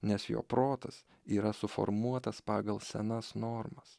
nes jo protas yra suformuotas pagal senas normas